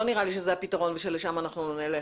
לא נראה לי שזה הפתרון ושלשם אנחנו נלך.